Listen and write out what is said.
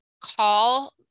call